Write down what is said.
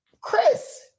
Chris